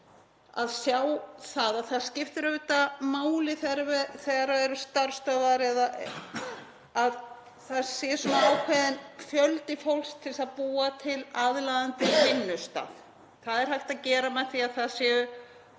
að bæta við er að það skiptir auðvitað máli þegar það eru starfsstöðvar að það sé ákveðinn fjöldi fólks til þess að búa til aðlaðandi vinnustað. Það er hægt að gera með því að það séu